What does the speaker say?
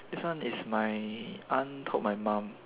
this one is my aunt told my mum